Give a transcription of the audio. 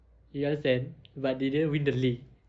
you understand but they didn't win the league